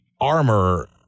armor